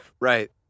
Right